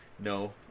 no